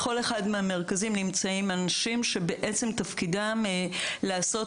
בכל אחד מהמרכזים נמצאים אנשים שתפקידם לעשות